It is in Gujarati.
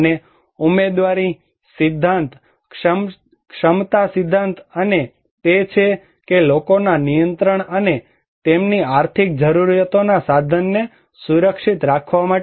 અને ઉમેદવારી સિદ્ધાંત ક્ષમતા સિદ્ધાંત અને તે છે કે લોકોના નિયંત્રણ અને તેમની આર્થિક જરૂરિયાતોના સાધનને સુરક્ષિત રાખવા માટે